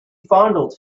fondled